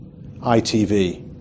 ITV